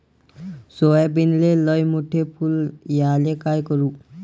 सोयाबीनले लयमोठे फुल यायले काय करू?